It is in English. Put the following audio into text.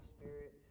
Spirit